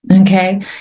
Okay